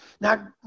Now